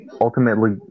Ultimately